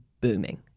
booming